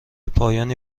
پایانی